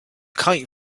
kite